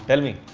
tell me!